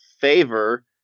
favor